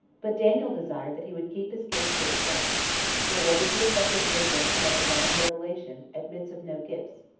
but daniel desired that he would keep his gifts to himself for what is the effect of wisdom and of divine revelation admits of no gifts,